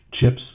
chips